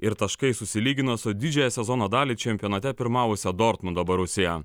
ir taškais susilygino su didžiąją sezono dalį čempionate pirmavusią dortmundo borusija